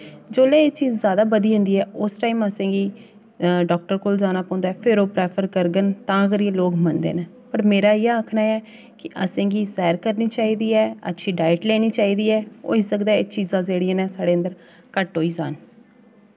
जेल्लै एह् चीज जादा बधी जंदी ऐ जादा उस टाइम असेंगी डाक्टर कोल जाना पौंदा ऐ फिर ओह् प्रैफर करङन तां करियै लोक मनङन पर मेरा इ'यै आखना ऐ कि असेंगी सैर करनी चाहिदी ऐ अच्छी डाइट लैनी चाहिदी ऐ होई सकदा एह् चीजां जेह्ड़ियां न साढ़े अंदर घट्ट होई जाह्ङन